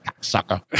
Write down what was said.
sucker